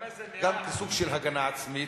גם כסוג של הגנה עצמית,